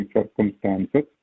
Circumstances